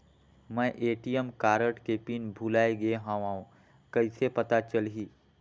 मैं ATM card के PIN भुलाए गे हववं कइसे पता चलही?